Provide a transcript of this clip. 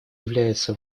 является